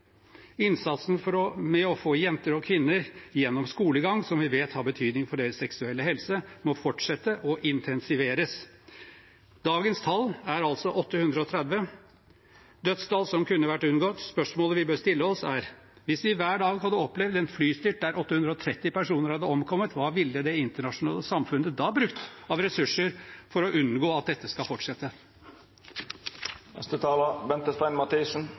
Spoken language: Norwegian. Innsatsen for å få jenter og kvinner gjennom skolegang, som vi vet har betydning for deres seksuelle helse, må fortsette og intensiveres. Dagens tall er altså 830 – dødstall som kunne vært unngått. Spørsmålet vi bør stille oss, er: Hvis vi hver dag hadde opplevd en flystyrt der 830 personer hadde omkommet, hva ville det internasjonale samfunnet da brukt av ressurser for å unngå at dette